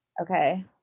Okay